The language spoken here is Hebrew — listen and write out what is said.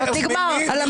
נגמר.